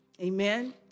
Amen